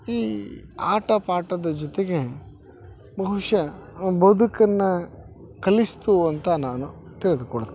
ಈ ಆಟ ಪಾಠದ ಜೊತೆಗೆ ಬಹುಶಃ ಬದುಕನ್ನು ಕಲಿಸಿತು ಅಂತ ನಾನು ತಿಳಿದುಕೊಳ್ತೀನಿ